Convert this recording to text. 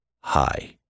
hi